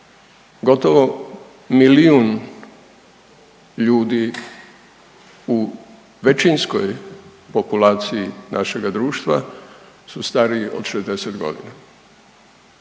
gotovo milijun ljudi u većinskoj populaciji našega društva su stariji od 60 godina.